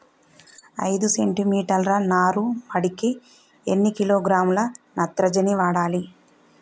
ఐదు సెంటిమీటర్ల నారుమడికి ఎన్ని కిలోగ్రాముల నత్రజని వాడాలి?